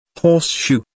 horseshoe